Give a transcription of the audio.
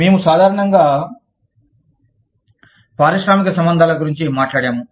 మేము సాధారణంగా పారిశ్రామిక సంబంధాల గురించి మాట్లాడాము